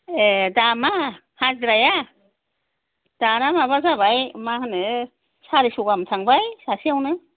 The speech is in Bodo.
ए दामआ हाजिराया दाना माबा जाबाय मा होनो सारिस' गाहाम थांबाय सासेयावनो